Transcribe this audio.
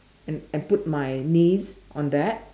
and and put my knees on that